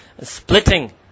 splitting